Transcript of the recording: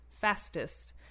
fastest